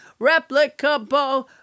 replicable